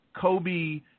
Kobe